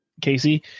Casey